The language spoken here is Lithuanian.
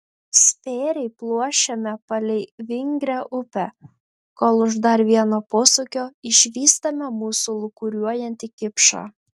spėriai pluošiame palei vingrią upę kol už dar vieno posūkio išvystame mūsų lūkuriuojantį kipšą